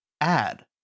add